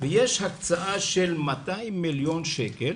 ויש הקצאה של 200 מיליון שקל